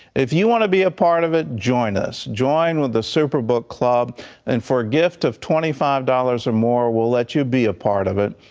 if you want to be a part of it join us, join with the super book club and for a gift of twenty five dollars or more will let you be a part of it.